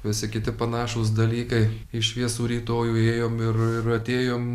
visi kiti panašūs dalykai į šviesų rytojų ėjom ir ir atėjom